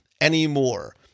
anymore